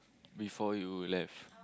before you left